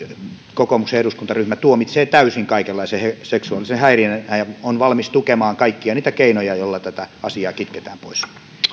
kokoomuksen eduskuntaryhmä tuomitsee täysin kaikenlaisen seksuaalisen häirinnän ja on valmis tukemaan kaikkia niitä keinoja joilla tätä asiaa kitketään pois